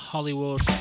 Hollywood